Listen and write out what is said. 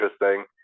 interesting